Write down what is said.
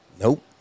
Nope